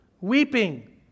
Weeping